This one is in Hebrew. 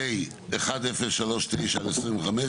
פ/1039/25,